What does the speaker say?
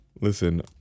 Listen